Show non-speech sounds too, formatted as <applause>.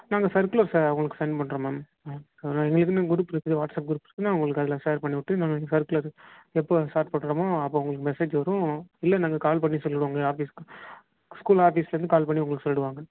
நாங்கள் சர்குலர்ஸை உங்களுக்கு சென்ட் பண்ணுறோம் மேம் <unintelligible> அதுலாம் எங்களுக்குன்னு க்ரூப் இருக்கு வாட்ஸ்அப் க்ரூப்ஸ்குன்னு உங்களுக்கு அதில் ஷேர் பண்ணி விட்டு நாங்கள் இங்கே சர்குலர் எப்போ ஸ்டார்ட் பண்ணுறமோ அப்போ உங்களுக்கு மெசேஜ் வரும் இல்லை நாங்கள் கால் பண்ணி சொல்லிவிடுவோங்க ஆஃபிஸ்க்கு ஸ்கூல் ஆஃபிஸ்லந்து கால் பண்ணி உங்களுக்கு சொல்லிவிடுவாங்க